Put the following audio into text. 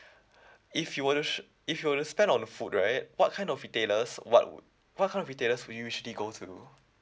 if you were to if you were to spend on food right what kind of retailers what what kind of retailers would you usually go to